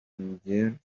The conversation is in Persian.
نیجر